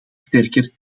sterker